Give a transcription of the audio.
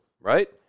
right